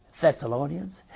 Thessalonians